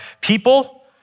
people